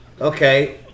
Okay